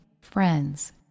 friends